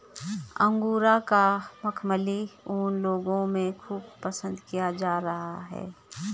angora का मखमली ऊन लोगों में खूब पसंद किया जा रहा है